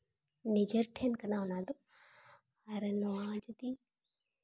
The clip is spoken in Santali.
ᱱᱤᱡᱮᱨ ᱴᱷᱮᱱ ᱠᱟᱱᱟ ᱚᱱᱟᱫᱚ ᱟᱨ ᱱᱚᱣᱟ ᱡᱩᱫᱤ